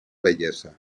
bellesa